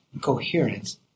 coherence